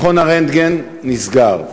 מכון הרנטגן נסגר.